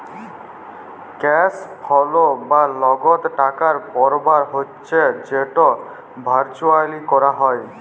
cash flow বা লগদ টাকার পরবাহ হচ্যে যেট ভারচুয়ালি ক্যরা হ্যয়